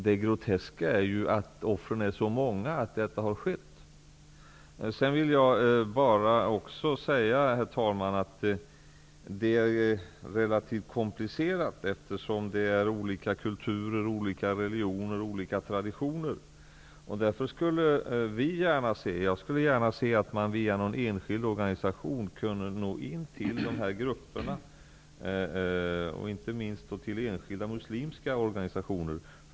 Det groteska är ju att offren är så många och att detta faktiskt har skett. Herr talman! Situationen är relativt komplicerad eftersom det är fråga om olika kulturer, religioner och traditioner. Jag skulle gärna se att man via någon enskild organisation kunde nå fram till dessa grupper -- inte minst till enskilda muslimska grupper.